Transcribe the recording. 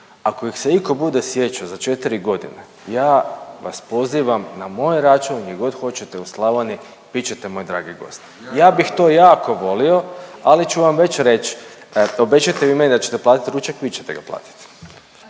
ako ih se iko bude sjećo za četiri godine, ja vas pozivam na moj račun gdjegod hoćete u Slavoniji bit ćete moj dragi gost. Ja bih to jako volio, ali ću vam reći, obećajte vi meni da ćete platit ručak, vi ćete ga platit.